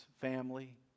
family